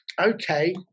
Okay